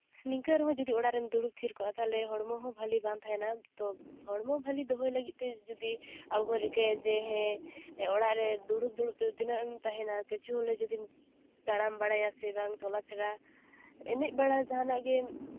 ᱱᱤᱝᱠᱟᱹ ᱨᱮᱦᱚᱸ ᱡᱩᱫᱤ ᱚᱲᱟᱜ ᱨᱮᱢ ᱫᱩᱲᱩᱵ ᱛᱷᱤᱨ ᱠᱚᱜᱼᱟ ᱛᱟᱦᱚᱞᱮ ᱦᱚᱲᱢᱚ ᱵᱷᱟᱞᱮ ᱵᱟᱝ ᱛᱟᱦᱮᱱᱟ ᱦᱚᱲᱢᱚ ᱵᱷᱟᱞᱮ ᱫᱚᱦᱚᱭ ᱞᱟᱹᱜᱤᱫ ᱛᱮ ᱡᱩᱫᱤ ᱟᱵᱚ ᱵᱚᱱ ᱨᱤᱠᱟᱹᱭᱟ ᱡᱮ ᱦᱮᱸ ᱚᱲᱟᱜ ᱨᱮ ᱫᱩᱲᱩᱵ ᱫᱩᱲᱩᱵ ᱛᱮ ᱛᱤᱱᱟᱹᱜ ᱮᱢ ᱛᱟᱦᱮᱱᱟ ᱠᱤᱪᱷᱩ ᱦᱚᱞᱮ ᱡᱩᱫᱤᱢ ᱛᱟᱲᱟᱢ ᱵᱟᱲᱟᱭᱟ ᱥᱮ ᱵᱟᱝ ᱪᱚᱞᱟ ᱯᱷᱮᱨᱟ ᱮᱱᱮᱡ ᱵᱟᱲᱟ ᱡᱟᱦᱟᱱᱟᱜ ᱜᱮ